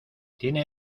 tiene